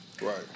Right